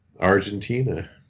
Argentina